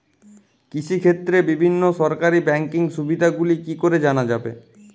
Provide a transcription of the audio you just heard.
কৃষিক্ষেত্রে বিভিন্ন সরকারি ব্যকিং সুবিধাগুলি কি করে জানা যাবে?